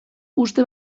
uste